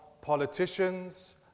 politicians